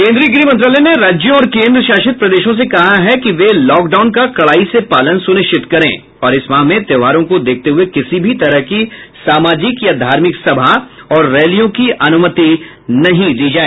केंद्रीय गृह मंत्रालय ने राज्यों और केन्द्रशासित प्रदेशों से कहा है कि वे लॉकडाउन का कड़ाई से पालन सुनिश्चित करें और इस माह में त्योहारों को देखते हुए किसी भी तरह की सामाजिक या धार्मिक सभा और रैलियों की अनुमति न दी जाए